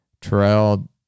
Terrell